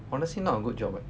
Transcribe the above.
honestly not good job right